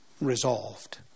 resolved